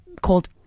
called